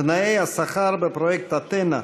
תנאי השכר בפרויקט אתנה.